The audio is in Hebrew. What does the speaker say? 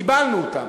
קיבלנו אותם: